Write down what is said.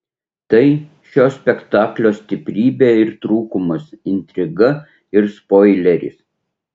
tai šio spektaklio stiprybė ir trūkumas intriga ir spoileris